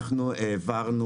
אנחנו העברנו